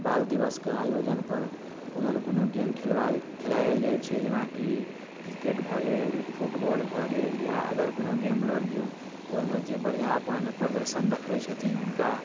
बाल दिवसके आयोजन पर कोनो ने कोनो गेम खेलबाओल खेलायल जाइ छै जेनाकि क्रिकेट भऽ गेल फुटबौल भऽ गेल या अदर कोनो गेम लऽ लियौ ओहिमे जे बढ़िऑं अपन प्रदर्शन देखबै छथिन हुनका